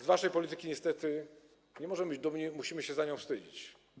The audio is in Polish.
Z waszej polityki niestety nie możemy być dumni, musimy się za nią wstydzić.